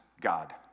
God